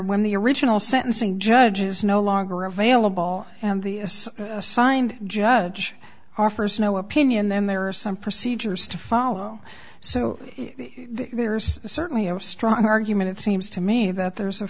when the original sentencing judge is no longer available and the assigned judge are first no opinion then there are some procedures to follow so there's certainly a strong argument it seems to me that there's a